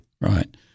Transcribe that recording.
Right